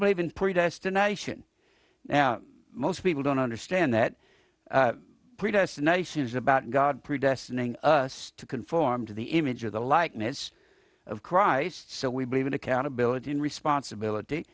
believe in predestination now most people don't understand that predestination is about god predestined in us to conform to the image of the likeness of christ so we believe in accountability and responsibility